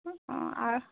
অঁ